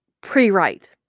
pre-write